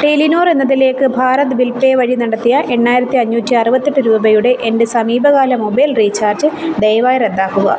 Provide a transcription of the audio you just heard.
Telenor എന്നതിലേക്ക് Bharat bill pay വഴി നടത്തിയ എണ്ണായിരത്തി അഞ്ഞൂറ്റി അറുപത്തി എട്ട് രൂപയുടെ എൻ്റെ സമീപകാല മൊബൈൽ റീചാർജ് ദയവായി റദ്ദാക്കുക